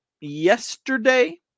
yesterday